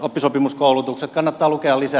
kannattaa lukea lisää